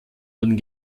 wurden